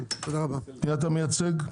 את מי אתה מייצג?